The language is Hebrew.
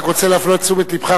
אני רק רוצה להפנות את תשומת לבך,